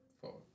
Four